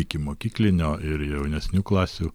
ikimokyklinio ir jaunesnių klasių